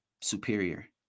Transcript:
superior